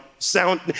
sound